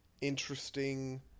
interesting